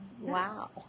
Wow